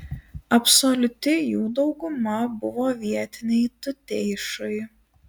absoliuti jų dauguma buvo vietiniai tuteišai